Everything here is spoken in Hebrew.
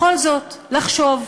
בכל זאת, לחשוב.